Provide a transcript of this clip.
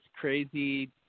crazy